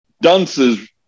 Dunce's